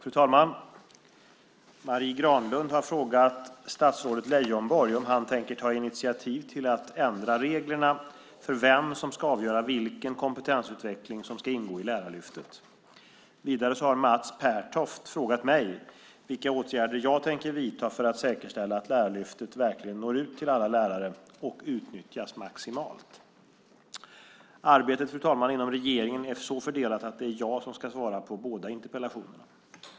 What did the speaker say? Fru talman! Marie Granlund har frågat statsrådet Leijonborg om han tänker ta initiativ till att ändra reglerna för vem som ska avgöra vilken kompetensutveckling som ska ingå i Lärarlyftet. Vidare har Mats Pertoft frågat mig vilka åtgärder jag tänker vidta för att säkerställa att Lärarlyftet verkligen når ut till alla lärare och utnyttjas maximalt. Arbetet inom regeringen är fördelat så att det är jag som ska svara på båda interpellationerna.